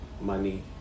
money